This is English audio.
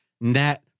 net